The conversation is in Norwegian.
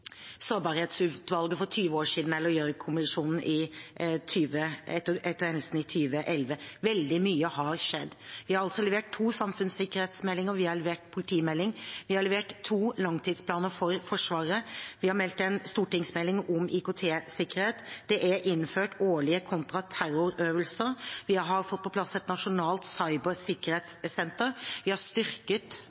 sårbarhetsutvalget for 20 år siden eller Gjørv-kommisjonen etter hendelsen i 2011. Veldig mye har skjedd. Vi har levert to samfunnssikkerhetsmeldinger, og vi har levert politimelding. Vi har levert to langtidsplaner for Forsvaret og en stortingsmelding om IKT-sikkerhet. Det er innført årlige kontraterrorøvelser, vi har fått på plass et nasjonalt cybersikkerhetssenter, og vi har styrket